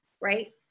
right